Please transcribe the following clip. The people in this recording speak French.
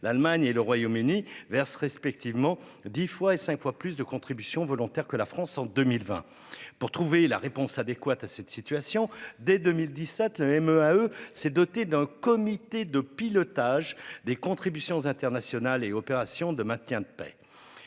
L'Allemagne et le Royaume-Uni ont versé respectivement dix fois et cinq fois plus de contributions volontaires que la France en 2020. Pour trouver la réponse adéquate à cette situation, dès 2017, le MEAE s'est doté d'un comité de pilotage des contributions internationales et opérations de maintien de la paix.